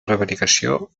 prevaricació